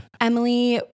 Emily